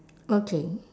okay